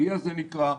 זה נקרא עליה,